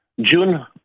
June